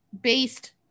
based